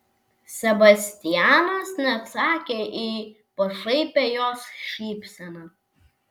sebastianas neatsakė į pašaipią jos šypseną